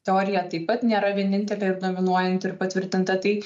teorija taip pat nėra vienintelė ir dominuojanti ir patvirtinta tai